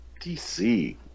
DC